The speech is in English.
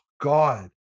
god